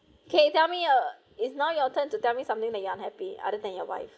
okay tell me a it's now your turn to tell me something that you're unhappy other than your wife